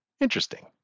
Interesting